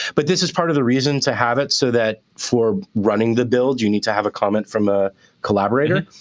but this is part of the reason to have it so that, for running the build, you need to have a comment from a collaborator.